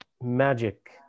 magic